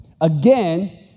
Again